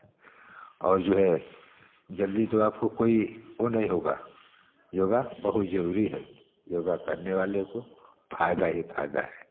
और जो है जल्दी तो आपको कोई वह नहीं होगा योग बहुत ज़रूरी है योग करने वाले को फ़ायदा ही फ़ायदा है